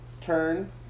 turn